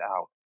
out